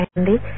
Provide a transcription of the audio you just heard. Andy